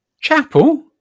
Chapel